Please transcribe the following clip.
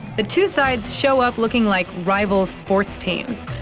the two sides show up looking like rival sports teams,